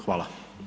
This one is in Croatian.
Hvala.